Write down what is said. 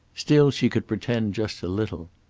still she could pretend just a little.